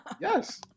yes